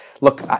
look